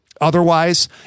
otherwise